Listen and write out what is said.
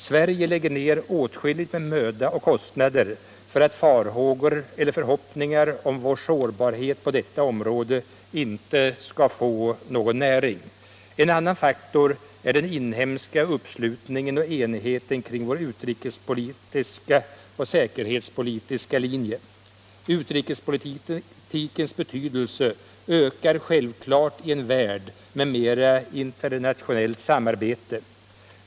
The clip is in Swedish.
Sverige lägger ned åtskilligt med möda och kostnader för att farhågor eller förhoppningar om vår sårbarhet på detta område inte skall få någon näring. En annan faktor är den inhemska uppslutningen och enigheten kring vår utrikespolitiska och säkerhetspolitiska linje. Utrikespolitikens betydelse ökar självklart i en värld med mera internationellt samarbete.